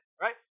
right